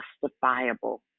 justifiable